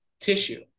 tissue